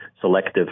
selective